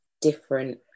different